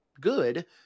good